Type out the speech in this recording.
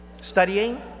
studying